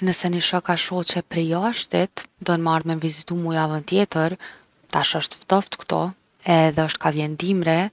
Nëse ni shok a shoqe prej jashtit don me m’vizitu mu javën tjetër, tash osht ftoft ktu edhe osht ka vjen dimri.